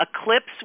eclipse